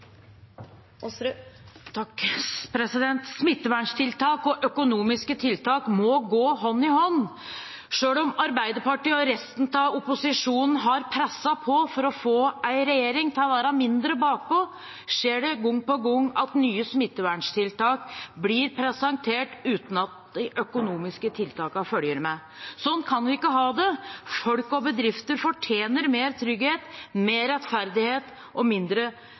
økonomiske tiltak må gå hånd i hånd. Selv om Arbeiderpartiet og resten av opposisjonen har presset på for å få regjeringen til å være mindre bakpå, skjer det gang på gang at nye smitteverntiltak blir presentert, uten at de økonomiske tiltakene følger med. Sånn kan vi ikke ha det. Folk og bedrifter fortjener mer trygghet, mer rettferdighet og